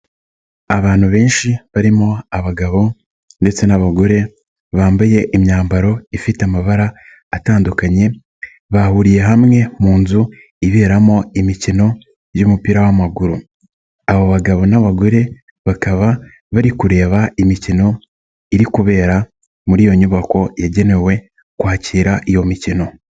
Abantu benshi barimo abagabo ndetse n'abagore bambaye imyambaro ifite amabara atandukanye bahuriye hamwe mu nzu iberamo imikino y'umupira w'amaguru, aba bagabo n'abagore bakaba bari kureba imikino iri kubera muri iyo nyubako yagenewe kwakira iyo mikino.